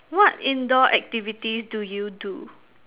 what indoor activities do you do